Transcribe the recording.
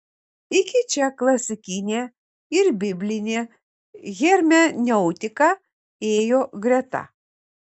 iki čia klasikinė ir biblinė hermeneutika ėjo greta